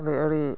ᱨᱮ ᱟᱹᱰᱤ